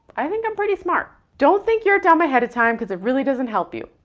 i think i'm pretty smart. don't think you're dumb ahead of time, cause it really doesn't help you,